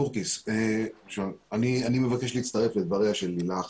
אני מבקש להצטרף לדבריה של לילך